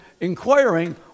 inquiring